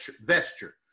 vesture